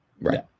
Right